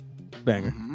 Banger